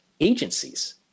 agencies